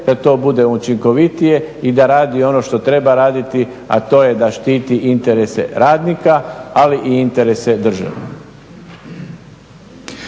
da to bude učinkovitije i da radi ono što treba raditi, a to je da štiti interese radnika, ali i interese države.